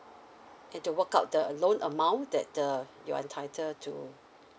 and to work out the loan amount that the you're entitled to